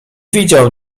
widział